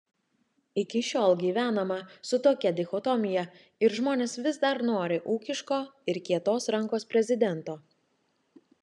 iki šiol gyvenama su tokia dichotomija ir žmonės vis dar nori ūkiško ir kietos rankos prezidento